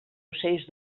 ocells